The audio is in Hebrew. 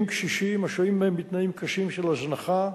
קשישים השוהים בהם בתנאים קשים של הזנחה,